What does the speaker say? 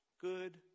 good